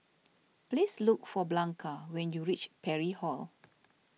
please look for Blanca when you reach Parry Hall